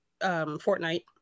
Fortnite